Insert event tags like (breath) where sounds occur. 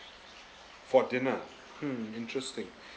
for dinner hmm interesting (breath)